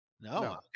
no